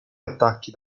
attacchi